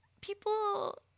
people